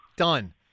done